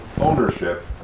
ownership